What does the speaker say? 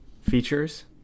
features